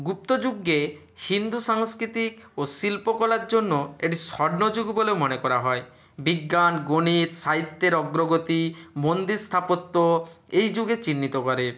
গুপ্ত যুগে হিন্দু সাংস্কৃতিক ও শিল্পকলার জন্য এটি স্বর্ণযুগ বলে মনে করা হয় বিজ্ঞান গণিত সাহিত্যের অগ্রগতি মন্দির স্থাপত্য এই যুগে চিহ্নিত করে